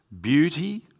beauty